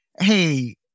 Hey